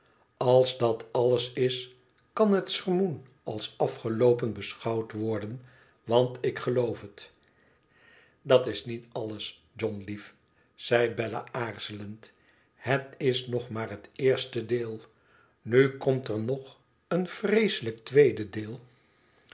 als dat alles is kan het sermoen als afgeloopen beschouwd worden want ik geloof het dat is niet alles john lief zei bella aarzelend het is nog maar het eerste deel nu komt er nog een vreeselijk tweede deel